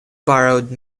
borrowed